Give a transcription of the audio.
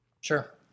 Sure